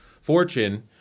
fortune